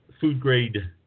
food-grade